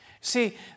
See